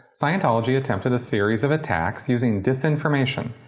scientology attempted a series of attacks using disinformation.